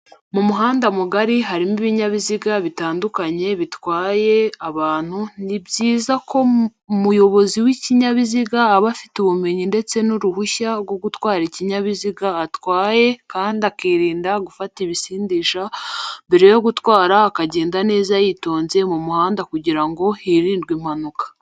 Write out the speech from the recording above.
Mu muhanda mugari harimo ibinyabiziga bitandukanye bitwate abantu, ni byiza ko umuyobozi w'ikinyabiziga aba afite ubumenyi ndetse n'uruhushya rwo gutwa ikinyabiziga atwaye kandi akirinda gufata ibisindisha mbere yo gutwara akagenda neza yitonze mu muhanda kugirango hirindwe impanuka